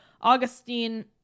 Augustine